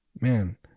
Man